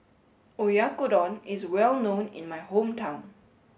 Oyakodon is well known in my hometown